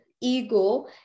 ego